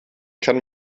kann